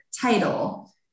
title